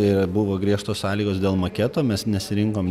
ir buvo griežtos sąlygos dėl maketo mes nesirinkom